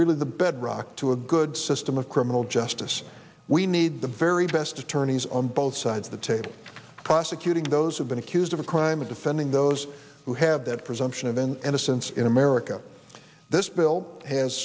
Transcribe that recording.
really the bedrock to a good system of criminal justice we need the very best attorneys on both sides of the table prosecuting those who've been accused of a crime and defending those who have that presumption of innocence in america this bill has